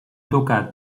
tocar